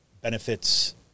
benefits